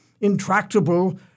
intractable